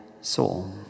soul